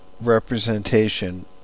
representation